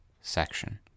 section